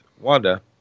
Wanda